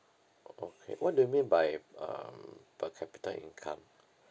o~ okay what do you mean by um per capita income